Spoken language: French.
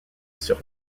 sur